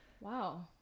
Wow